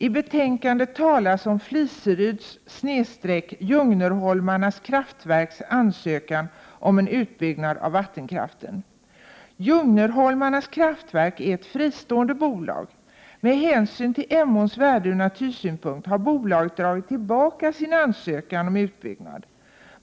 I betänkandet talas om Fliseryds/Ljungnerholmarnas kraftverks ansökan om en utbyggnad av vattenkraften. Ljungnerholmarnas kraftverk är ett fristående bolag. Med hänsyn till Emåns värde från natursynpunkt har bolaget dragit tillbaka sin ansökan om utbyggnad.